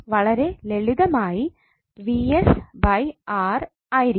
വളരെ ലളിതമായി ആയിരിക്കും